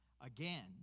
again